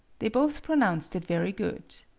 they both pronounced it very good.